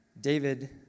David